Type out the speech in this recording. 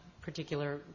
particular